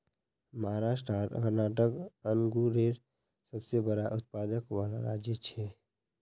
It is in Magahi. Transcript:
महाराष्ट्र आर कर्नाटक अन्गुरेर सबसे बड़ा उत्पादक वाला राज्य छे